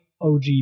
OG